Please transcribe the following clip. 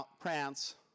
prance